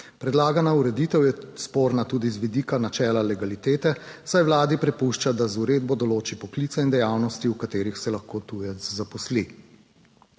Predlagana ureditev je sporna tudi z vidika načela legalitete, saj vladi prepušča, da z uredbo določi poklice in dejavnosti, v katerih se lahko tujec zaposli.